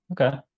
Okay